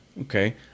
Okay